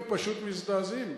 הם פשוט מזדעזעים.